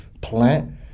plant